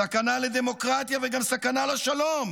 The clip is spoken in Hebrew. סכנה לדמוקרטיה וגם סכנה לשלום,